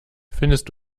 findest